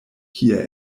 kie